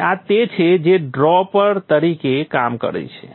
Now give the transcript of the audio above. હવે આ તે છે જે ડ્રોપ તરીકે કાર્ય કરશે